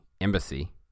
embassy